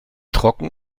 trocken